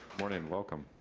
morning welcome.